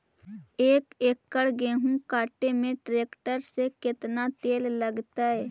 एक एकड़ गेहूं काटे में टरेकटर से केतना तेल लगतइ?